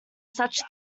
such